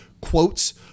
quotes